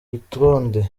rutonde